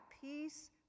peace